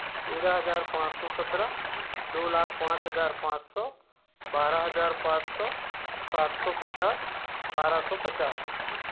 तेरह हजार पाँच सौ सत्रह दो लाख पाँच हजार पाँच सौ बारह हजार पाँच सौ सात सौ पचास बारह सौ पचास